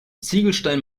ziegelstein